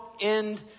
end